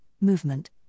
movement